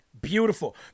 beautiful